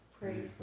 Pray